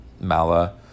Mala